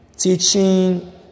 teaching